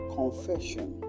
confession